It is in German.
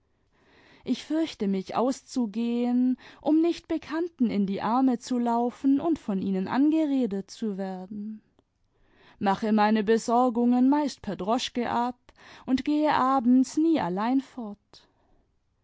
ich fürchte mich auszugehen um nicht bekannten in die arme zu laufen imd von ihnen angeredet zu werden mache meine besorgungen meist per droschke ab und gehe abends nie allein fort